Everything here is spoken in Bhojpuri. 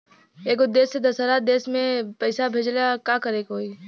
एगो देश से दशहरा देश मे पैसा भेजे ला का करेके होई?